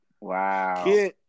Wow